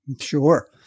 Sure